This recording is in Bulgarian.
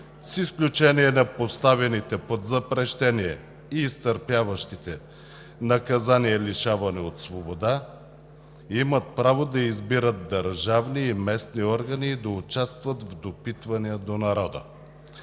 с изключение на поставените под запрещение и изтърпяващите наказание лишаване от свобода, имат право да избират държавни и местни органи и да участват в допитвания до народа.“